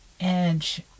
edge